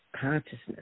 consciousness